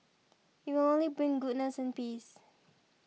it will only bring goodness and peace